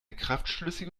kraftschlüssige